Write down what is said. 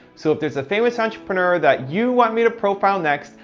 so, if there's a famous entrepreneur that you want me to profile next,